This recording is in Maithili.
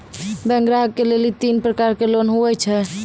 बैंक ग्राहक के लेली तीन प्रकर के लोन हुए छै?